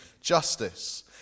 justice